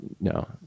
no